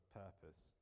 purpose